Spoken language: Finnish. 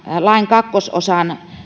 lain kakkososan